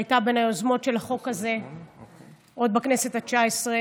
שהייתה בין היוזמות של החוק הזה עוד בכנסת התשע-עשרה,